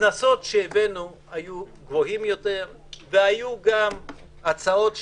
הקנסות שהבאנו היו גבוהים יותר והיו גם הצעות שלנו.